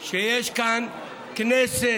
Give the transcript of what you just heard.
שיש כאן כנסת